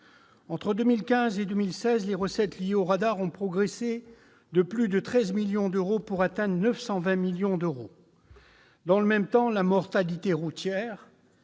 Entre 2015 et 2016, les recettes liées aux radars ont progressé de plus de 13 millions d'euros, pour atteindre les 920 millions d'euros. Dans le même temps, la mortalité routière